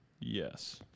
Yes